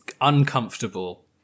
uncomfortable